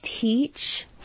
teach